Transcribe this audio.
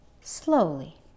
Slowly